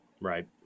Right